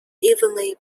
evenly